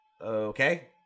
okay